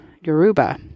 Yoruba